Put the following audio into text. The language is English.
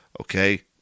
okay